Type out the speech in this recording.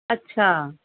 ਅੱਛਾ